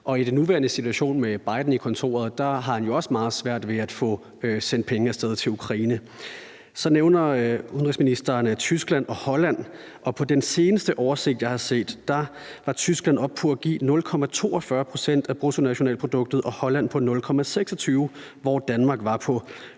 Og i den nuværende situation med Biden i kontoret har man jo også meget svært ved at få sendt penge af sted til Ukraine. Så nævner udenrigsministeren Tyskland og Holland, og på den seneste oversigt, jeg har set, var Tyskland oppe på at give 0,42 pct. af bruttonationalproduktet, og Holland 0,26 pct., hvor Danmark var på